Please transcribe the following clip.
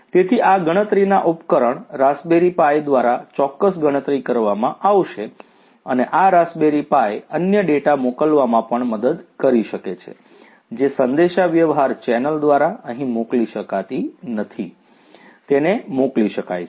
તેથી આ ગણતરીના ઉપકરણ રાસબેરિ પાઇ દ્વારા ચોક્કસ ગણતરી કરવામાં આવશે અને આ રાસબેરિ પાઇ અન્ય ડેટા મોકલવામાં પણ મદદ કરી શકે છે જે સંદેશાવ્યવહાર ચેનલ દ્વારા અહીં મોકલી શકાતી નથી તેને મોકલી શકાય છે